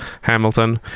Hamilton